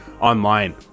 online